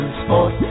sport